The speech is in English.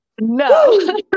No